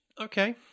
okay